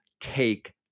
take